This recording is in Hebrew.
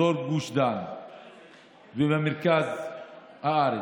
אזור גוש דן ומרכז הארץ.